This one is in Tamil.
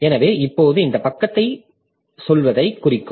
எனவே இப்போது இந்த பக்கத்தை சொல்வதைக் குறிக்கும்